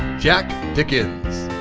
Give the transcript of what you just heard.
jack dickens,